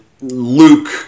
Luke